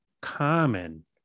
common